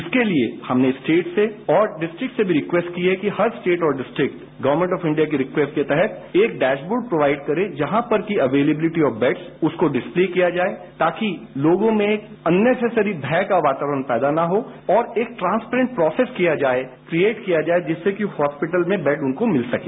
इसके लिए हमने स्टेट्स से और डिस्ट्रिक से भी रिक्येस्ट की है कि हर स्टेट्स और डिस्ट्रिक गवर्नमेंट ऑफ इंडिया की रिक्येस्ट के तहत एक डैशबोर्ड प्रोवाइड करें जहां पर कि एव्वेलेबिलिटी ऑफ बेड़स उसको डिस्पले किया जाए ताकि लोगों में अननेसेसरी लोगों में भय का वातावरण पैदा न हो और एक ट्रांसपेरेंट प्रोसेस किया जाए क्रिएट किया जाए जिससे कि हॉस्पिटल में बेड उनको मिल सके